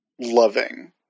loving